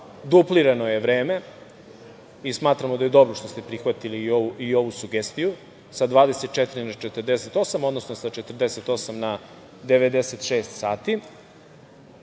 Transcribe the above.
duplirano je vreme. Smatramo da je dobro što ste prihvatili i ovu sugestiju sa 24 na 48, odnosno sa 48 na 96 sati.